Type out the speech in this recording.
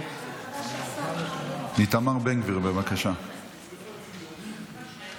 הדרך שבה הן עבדו מול משרדי הממשלה ומול הארגונים